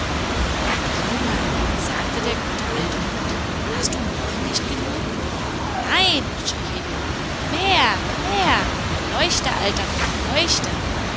junge sagte der gute alte mond hast du noch nicht genug nein schrie häwelmann mehr mehr leuchte alter mond leuchte